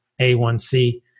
A1c